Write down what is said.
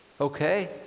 okay